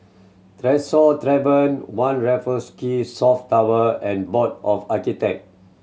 Tresor Tavern One Raffles Quay South Tower and Board of Architect